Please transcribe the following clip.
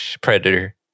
Predator